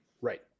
Right